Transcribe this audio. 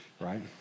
right